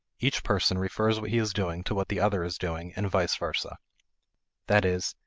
each person refers what he is doing to what the other is doing and vice-versa. that is,